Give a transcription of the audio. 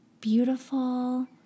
Beautiful